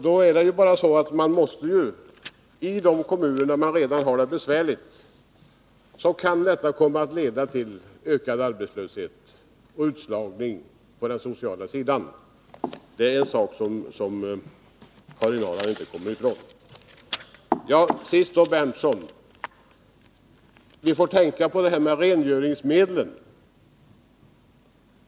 I de kommuner där man redan har det besvärligt kan detta komma att leda till ökad arbetslöshet och utslagning på den sociala sidan — det är en sak som Karin Ahrland inte kan komma ifrån. Sist några ord till Nils Berndtson. Vi får tänka på det här med rengöringsmedlen.